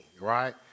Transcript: right